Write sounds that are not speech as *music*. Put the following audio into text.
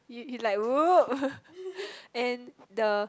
you like !whoop! *laughs* and the